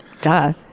Duh